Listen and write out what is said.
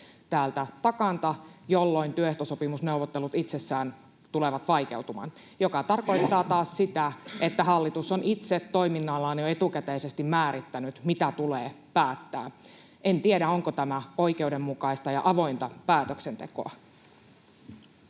täältä takanta, jolloin työehtosopimusneuvottelut itsessään tulevat vaikeutumaan, mikä tarkoittaa taas sitä, että hallitus on itse toiminnallaan jo etukäteisesti määrittänyt, mitä tulee päättää. En tiedä, onko tämä oikeudenmukaista ja avointa päätöksentekoa.